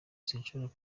sinshobora